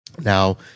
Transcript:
Now